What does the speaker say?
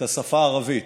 את השפה הערבית.